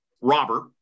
Robert